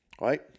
right